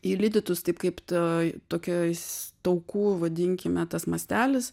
įlydytus taip kaip tai tokiais taukų vadinkime tas mastelis